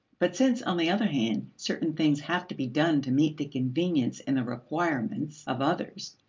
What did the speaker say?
but since, on the other hand, certain things have to be done to meet the convenience and the requirements of others,